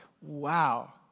wow